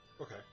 Okay